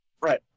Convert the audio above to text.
Right